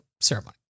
ceremony